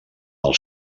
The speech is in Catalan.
pel